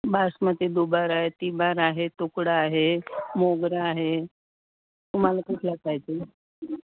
बासमती दुबार आहे तिबार आहे तुकडा आहे मोगरा आहे तुम्हाला कुठला पाहिजे